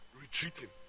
Retreating